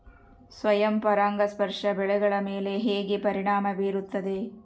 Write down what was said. ಸ್ವಯಂ ಪರಾಗಸ್ಪರ್ಶ ಬೆಳೆಗಳ ಮೇಲೆ ಹೇಗೆ ಪರಿಣಾಮ ಬೇರುತ್ತದೆ?